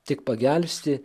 tik pagelbsti